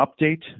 update